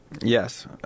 Yes